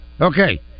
Okay